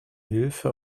hilfe